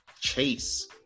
chase